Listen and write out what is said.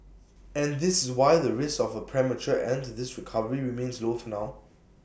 and this is why the risk of A premature end to this recovery remains low for now